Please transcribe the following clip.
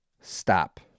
Stop